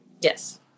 Yes